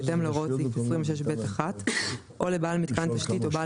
בהתאם להוראות סעיף 26ב1 או לבעל מיתקן תשתית או בעל